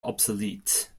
obsolete